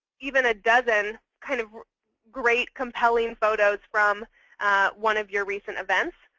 even a dozen kind of great, compelling photos from one of your recent events,